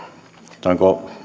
sanotaanko